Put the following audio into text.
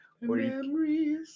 Memories